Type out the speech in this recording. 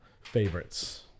favorites